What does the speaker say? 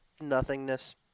nothingness